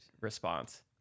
response